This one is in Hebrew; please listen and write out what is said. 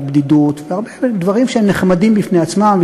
בדידות והרבה דברים שהם נחמדים בפני עצמם.